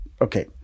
Okay